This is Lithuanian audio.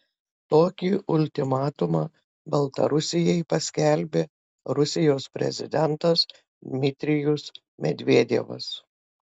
tokį ultimatumą baltarusijai paskelbė rusijos prezidentas dmitrijus medvedevas